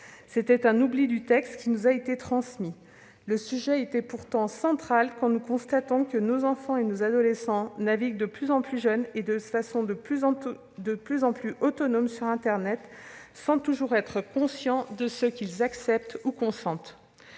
C'était un oubli du texte qui nous avait été transmis. Le sujet est pourtant central quand nous constatons que nos enfants et nos adolescents naviguent de plus en plus jeunes et de façon de plus en plus autonome sur internet, sans toujours être conscients de ce qu'ils acceptent ou de ce